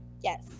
Yes